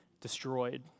destroyed